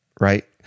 Right